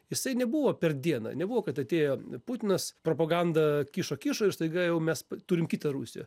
jisai nebuvo per dieną nebuvo kad atėjo putinas propagandą kišo kišo ir staiga jau mes turim kitą rusiją